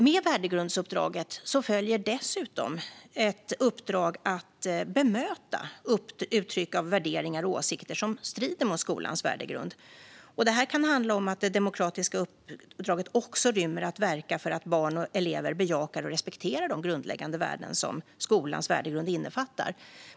Med värdegrundsuppdraget följer dessutom ett uppdrag att bemöta uttryck för värderingar och åsikter som strider mot skolans värdegrund. Det kan handla om att det demokratiska uppdraget också rymmer att verka för att barn och elever bejakar och respekterar de grundläggande värden som skolans värdegrund innefattar.